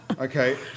Okay